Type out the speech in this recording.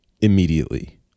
immediately